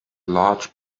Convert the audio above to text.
large